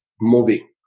moving